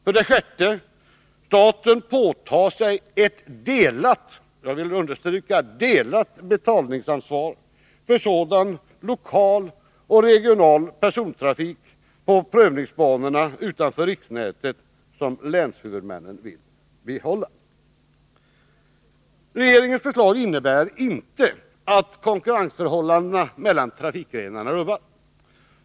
För det sjätte tar staten på sig ett delat betalningsansvar för sådan lokal och regional persontrafik på prövningsbanorna utanför riksnätet som länshuvudmännen vill behålla. Regeringens förslag innebär inte att konkurrensförhållandena mellan trafikgrenarna rubbas.